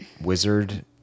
wizard